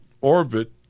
orbit